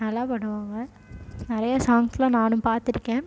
நல்லா பாடுவாங்க நிறைய சாங்ஸுலாம் நானும் பார்த்துருக்கேன்